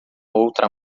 outra